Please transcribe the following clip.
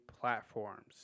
platforms